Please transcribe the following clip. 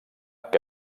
que